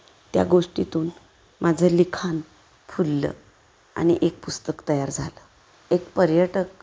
त्या गोष्टीतून माझं लिखाण फुललं आणि एक पुस्तक तयार झालं एक पर्यटक